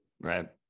Right